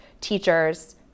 teachers